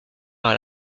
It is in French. par